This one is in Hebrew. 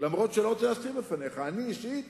אף-על-פי שאני לא רוצה להסתיר ממך, אני אישית